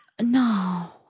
No